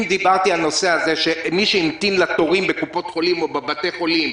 אם דיברתי על הנושא של מי שהמתין בתורים בקופות החולים או בבתי החולים,